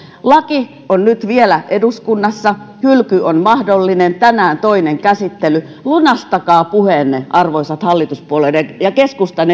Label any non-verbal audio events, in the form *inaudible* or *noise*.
laki on nyt vielä eduskunnassa hylky on mahdollinen tänään on toinen käsittely lunastakaa puheenne arvoisat hallituspuolueiden ja keskustan *unintelligible*